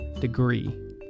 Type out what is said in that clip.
degree